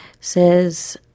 says